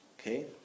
Okay